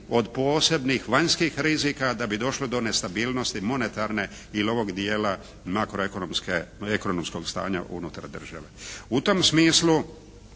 od posebnih vanjskih rizika da bi došlo do nestabilnosti monetarne ili ovog dijela makroekonomskog stanja unutar države.